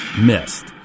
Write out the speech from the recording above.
missed